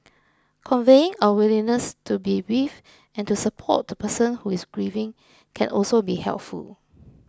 conveying our willingness to be with and to support the person who is grieving can also be helpful